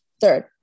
Third